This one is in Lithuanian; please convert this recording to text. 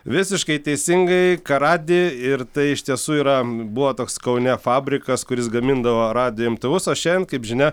visiškai teisingai karadi ir tai iš tiesų yra buvo toks kaune fabrikas kuris gamindavo radijo imtuvus o šiandien kaip žinia